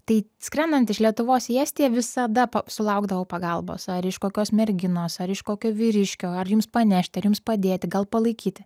tai skrendant iš lietuvos į estiją visada sulaukdavau pagalbos ar iš kokios merginos ar iš kokio vyriškio ar jums panešti ar jums padėti gal palaikyti